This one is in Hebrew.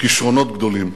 כשרונות גדולים,